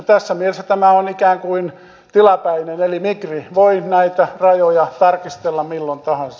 tässä mielessä tämä on ikään kuin tilapäinen eli migri voi näitä rajoja tarkistella milloin tahansa